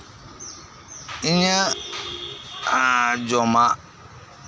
ᱤᱧᱟᱹᱜ ᱡᱚᱢᱟᱜ